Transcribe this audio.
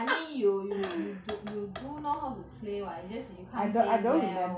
I mean you you you you you do know how to play [what] it's just you can't play well